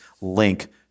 link